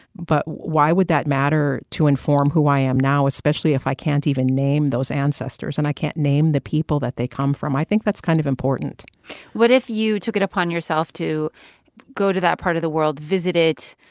but why would that matter to inform who i am now, especially if i can't even name those ancestors and i can't name the people that they come from? i think that's kind of important what if you took it upon yourself to go to that part of the world, visit it,